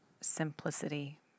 simplicity